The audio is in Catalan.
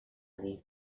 dir